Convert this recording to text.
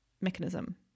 mechanism